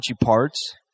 parts